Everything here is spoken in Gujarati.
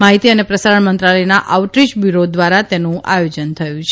માહિતી અને પ્રસારણમંત્રાલયના આઉટરીય બ્યુરો દ્વારા તેનું આયોજન થયુ છે